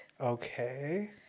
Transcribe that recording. Okay